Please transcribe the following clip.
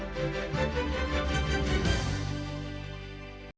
Дякую.